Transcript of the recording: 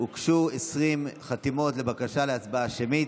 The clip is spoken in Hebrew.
הוגשו 20 חתימות לבקשה להצבעה שמית.